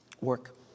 work